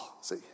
see